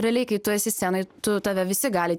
realiai kai tu esi scenoj tu tave visi gali